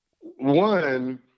one